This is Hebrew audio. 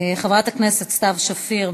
חברת הכנסת סתיו שפיר,